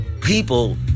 People